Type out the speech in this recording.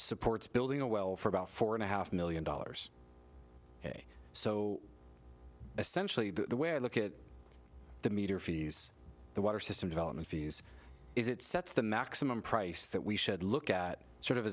supports building a well for about four and a half million dollars so essentially the way i look at the meter fees the water system development fees is it sets the maximum price that we should look at sort of